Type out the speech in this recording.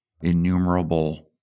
innumerable